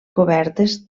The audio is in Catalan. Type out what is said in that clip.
cobertes